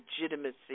legitimacy